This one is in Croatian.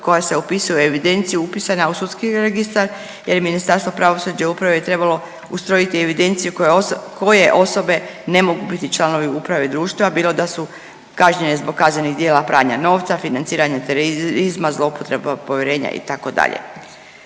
koja se upisuje u evidenciju upisana u sudski registar, jer je Ministarstvo pravosuđa i uprave trebalo ustrojiti evidenciju koja oso…, koje osobe ne mogu biti članovi uprave društva bilo da su kažnjene zbog kaznenih djela pranja novca, financiranja terorizma, zloupotreba povjerenja itd..